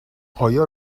آیا